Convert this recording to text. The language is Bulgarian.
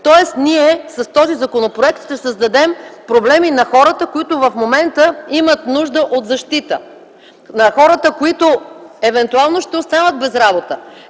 Тоест, с този законопроект ние ще създадем проблеми на хората, които в момента имат нужда от защита, на хората, които евентуално ще останат без работа.